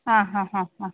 ആ ഹ ഹ ഹ